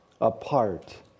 apart